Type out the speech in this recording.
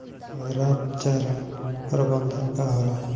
हरा चारा प्रबंधन का होला?